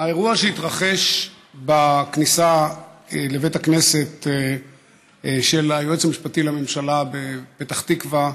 האירוע שהתרחש בכניסה לבית הכנסת של היועץ המשפטי לממשלה בפתח תקווה,